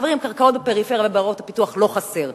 חברים, קרקעות בפריפריה ובעיירות הפיתוח לא חסר.